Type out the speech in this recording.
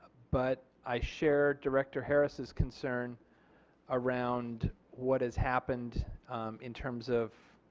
but i share director harris's concern around what has happened in terms of